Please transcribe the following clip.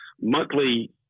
monthly